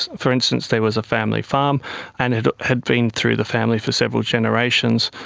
for instance, there was a family farm and it had been through the family for several generations,